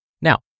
Now